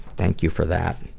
thank you for that.